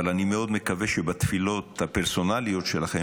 אבל אני מאוד מקווה שבתפילות הפרסונליות שלכם